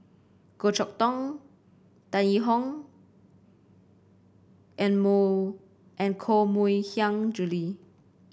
Goh Chok Tong Tan Yee Hong and more and Koh Mui Hiang Julie